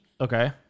Okay